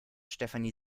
stefanie